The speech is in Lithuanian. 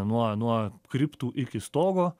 nuo nuo kriptų iki stogo